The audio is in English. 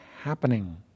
happening